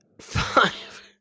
five